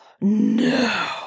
No